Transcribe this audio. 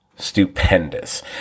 stupendous